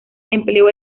empleó